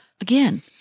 again